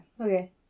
Okay